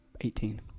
Eighteen